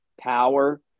power